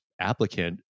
applicant